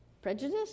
Prejudice